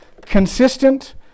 consistent